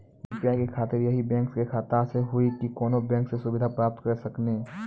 UPI के खातिर यही बैंक के खाता से हुई की कोनो बैंक से सुविधा प्राप्त करऽ सकनी?